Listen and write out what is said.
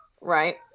right